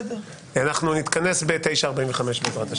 רבה,